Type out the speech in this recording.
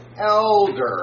elder